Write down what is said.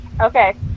Okay